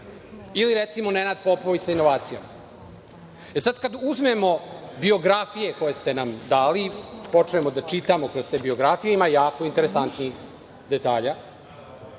Ili, recimo, Nenad Popović sa inovacijama? Sad kad uzmemo biografije koje ste nam dali, počnemo da čitamo, kroz te biografije ima jako interesantnih detalja,